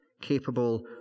capable